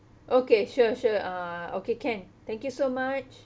okay sure sure uh okay can thank you so much